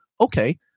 okay